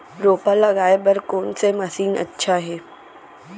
रोपा लगाय बर कोन से मशीन अच्छा हे?